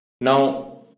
Now